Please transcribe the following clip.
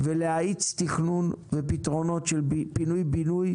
ולהאיץ תכנון ופתרונות של פינוי-בינוי